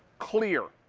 clear.